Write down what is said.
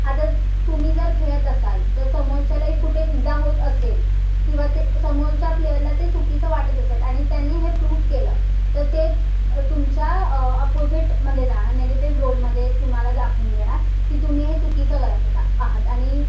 आता तुम्ही जर खेळत असाल तर समोरच्यालाही कुठे इजा होत असेल किंवा ते समोरच्या प्लेयरला ते चुकीचं वाटत असेल आणि त्यांनी हे प्रूफ केलं तर ते तुमच्या अपोजिटमध्ये जाणार नेगेटिव रोलमध्ये तुम्हाला दाखवून देणार की तुम्ही हे चुकीचं करत आहात आणि